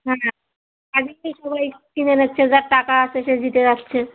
হ্যাঁ আগে কি সবাই কিনে নিচ্ছে যার টাকা আছে সে জিতে যাচ্ছে